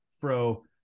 fro